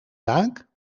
zaak